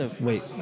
Wait